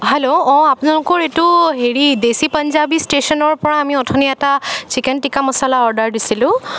hello অঁ আপোনালোকৰ এইটো হেৰি দেশী পাঞ্জাৱী ষ্টেচনৰ পৰা অথনি এটা আমি চিকেন টিক্কা মচলা অৰ্ডাৰ দিছিলোঁ